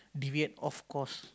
deviate off course